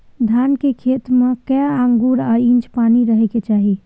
धान के खेत में कैए आंगुर आ इंच पानी रहै के चाही?